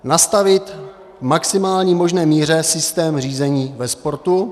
Nastavit v maximální možné míře systém řízení ve sportu.